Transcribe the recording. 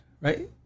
right